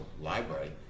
library